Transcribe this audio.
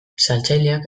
saltzaileak